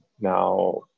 now